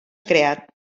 creat